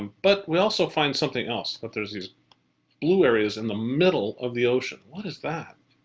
but we also find something else. that there's these blue areas in the middle of the ocean. what is that?